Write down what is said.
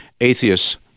Atheists